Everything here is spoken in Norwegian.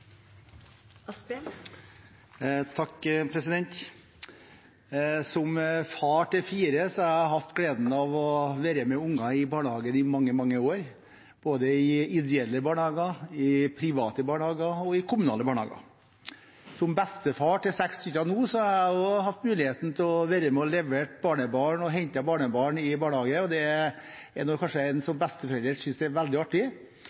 Som far til fire har jeg hatt gleden av å være med unger i barnehagen i mange, mange år, både i ideelle barnehager, i private barnehager og i kommunale barnehager. Nå, som bestefar til seks, har jeg hatt mulighet til å være med og levere og hente barnebarn i barnehagen, og det er noe besteforeldre synes er veldig artig